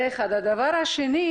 הדבר השני,